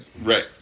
Right